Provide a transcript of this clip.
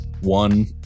One